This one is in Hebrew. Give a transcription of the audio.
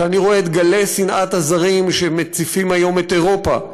כשאני רואה את גלי שנאת הזרים שמציפים היום את אירופה,